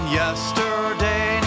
yesterday